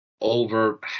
over